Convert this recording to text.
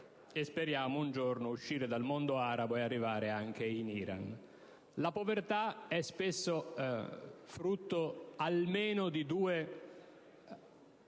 e, speriamo, un giorno uscire dal mondo arabo e arrivare anche in Iran). La povertà è spesso frutto di